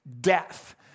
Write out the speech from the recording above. death